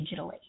digitally